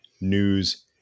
news